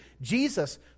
Jesus